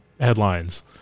headlines